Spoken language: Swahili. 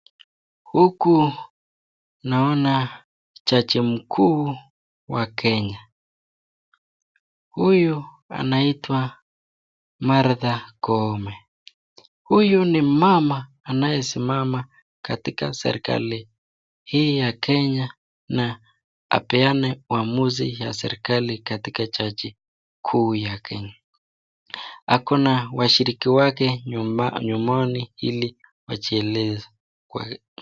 Huku naona jaji mkuu wa Kenya. Huyu anaitwa Martha Koome. Huyu ni mama anayesimama katika serikali hii ya Kenya na apeane uamuzi ya serikali katika jaji kuu ya Kenya. Hakuna washiriki wake nyumani ili wajieleze kwa.